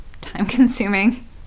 time-consuming